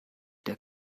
der